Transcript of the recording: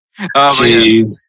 Jeez